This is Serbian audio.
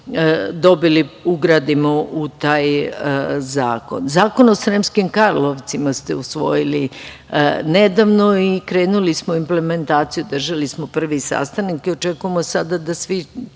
dobili ugradimo u taj zakon. Zakon o Sremskim Karlovcima ste usvojili nedavno i krenuli smo implementaciju. Držali smo prvi sastanak i očekujemo sada da svi